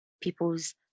people's